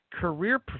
career